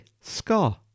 SCAR